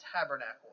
tabernacle